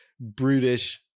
brutish